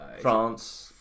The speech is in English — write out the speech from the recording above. france